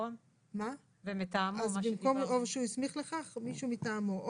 אנחנו בעמוד 4,